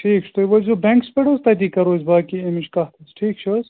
ٹھیٖک چھُ تُہۍ وٲتۍزیٚو بٮ۪نٛکَس پٮ۪ٹھ حظ تَتی کَرو أسۍ باقٕے اَمِچ کَتھ ٹھیٖک چھِ حظ